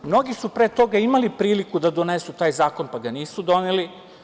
Mnogi su pre toga imali priliku da donesu taj zakon, pa ga nisu doneli.